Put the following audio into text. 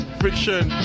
friction